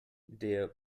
der